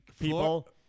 people